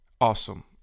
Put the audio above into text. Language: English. Awesome